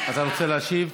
אתה רוצה להשיב?